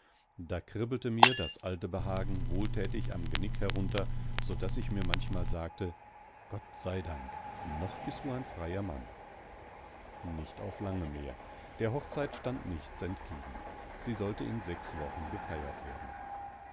da kribbelte mir das alte behagen wohltätig am genick herunter so daß ich mir manchmal sagte gott sei dank noch bist du ein freier mann nicht auf lange mehr der hochzeit stand nichts entgegen sie sollte in sechs wochen gefeiert werden